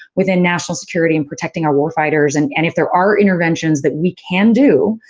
within national security and protecting our warfighters, and and if there are interventions that we can do,